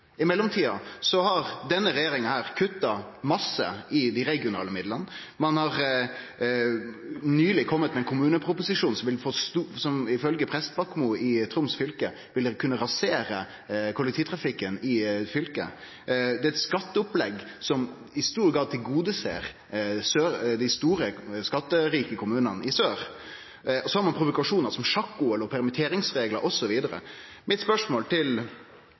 I mellomtida har denne regjeringa kutta masse i dei regionale midlane. Ein har nyleg kome med ein kommuneproposisjon som, ifølgje Ivar B. Prestbakmo i Troms fylke, vil kunne rasere kollektivtrafikken i fylket. Det er eit skatteopplegg som i stor grad tilgodeser dei store, skatterike kommunane i sør. Så har ein provokasjonar som